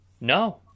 No